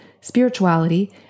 spirituality